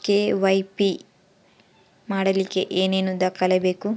KYC ಮಾಡಲಿಕ್ಕೆ ಏನೇನು ದಾಖಲೆಬೇಕು?